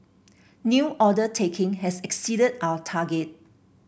new order taking has exceeded our target